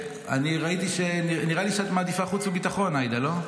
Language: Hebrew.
נראה לי שאת מעדיפה חוץ וביטחון, עאידה, לא?